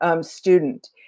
student